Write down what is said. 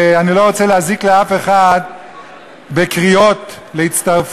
אני לא רוצה להזיק לאף אחד בקריאות להצטרפות,